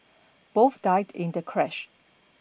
both died in the crash